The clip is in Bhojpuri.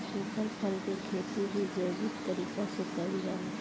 सुखल फल के खेती भी जैविक तरीका से कईल जाला